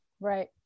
Right